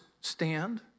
stand